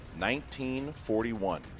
1941